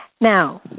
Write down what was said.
Now